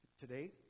Today